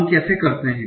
हम कैसे करते हैं